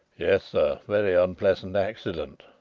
yes, sir. very unpleasant accident.